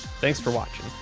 thanks for watching!